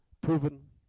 proven